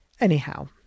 Anyhow